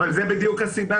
אבל זו בדיוק הסיבה